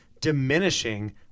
diminishing